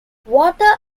water